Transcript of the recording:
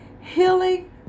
Healing